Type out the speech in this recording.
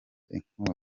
inkota